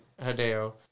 Hideo